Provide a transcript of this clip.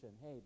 Hey